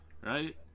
Right